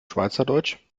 schweizerdeutsch